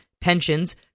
pensions